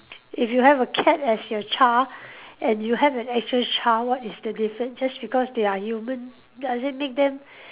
if you have a cat as your child and you have an actual child what is the difference just because they are human does it make them